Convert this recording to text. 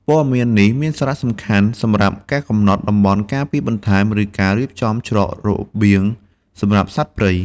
ព័ត៌មាននេះមានសារៈសំខាន់សម្រាប់ការកំណត់តំបន់ការពារបន្ថែម ឬការរៀបចំច្រករបៀងសម្រាប់សត្វព្រៃ។